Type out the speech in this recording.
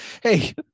hey